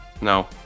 No